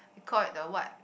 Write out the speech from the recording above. call it the what